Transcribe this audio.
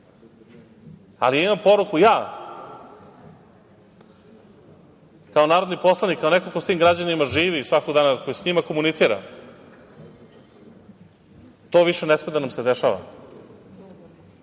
imam poruku ja kao narodni poslanik, kao neko ko sa tim građanima živi svakog dana, koji sa njima komunicira, to više ne sme da nam se dešava.